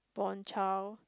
born child